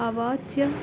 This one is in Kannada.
ಅವಾಚ್ಯ